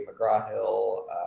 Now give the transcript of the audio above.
McGraw-Hill